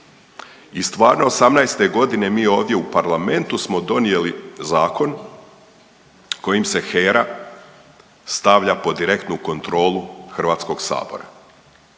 I stvarno '18. godine mi ovdje u parlamentu smo donijeli zakon kojim se HERA stavlja pod direktnu kontrolu Hrvatskog sabora.